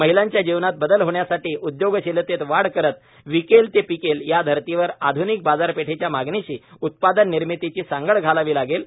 महिलांच्या जीवनमानात बदल होण्यासाठी उद्योगशीलतेत वाढ करत विकेल ते पिकेल या धर्तीवर आधुनिक बाजारपेठेच्या मागणीशी उत्पादननिर्मितीची सांगड घालावी लागेल